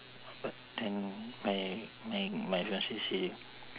but then my my my fiancee say